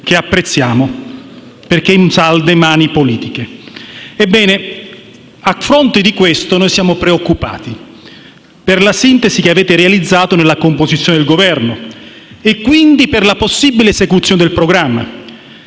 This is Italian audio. che apprezziamo, perché in salde mani politiche. Ebbene, a fronte di questo, noi siamo preoccupati per la sintesi che avete realizzato nella composizione del Governo e quindi per la possibile esecuzione del programma